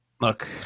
Look